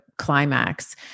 climax